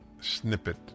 snippet